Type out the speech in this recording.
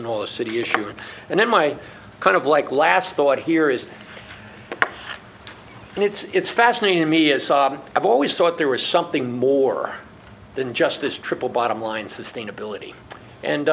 and all the city issues and then my kind of like last thought here is it's fascinating to me as i've always thought there was something more than just this triple bottom line sustainability and